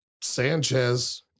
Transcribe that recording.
Sanchez